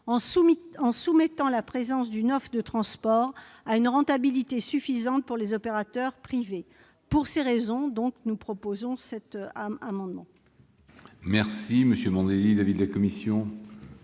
en soumettant la présence d'une offre de transport à une rentabilité suffisante pour les opérateurs privés. Pour ces raisons, nous proposons d'abroger